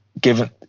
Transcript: given